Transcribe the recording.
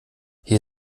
hier